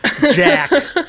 Jack